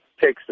takes